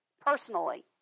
personally